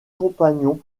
compagnons